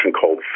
called